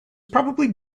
probably